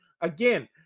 again